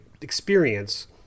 experience